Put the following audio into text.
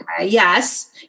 yes